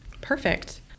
Perfect